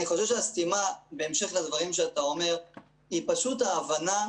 אני חושב שהסתימה היא לא סתימה